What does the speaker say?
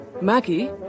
Maggie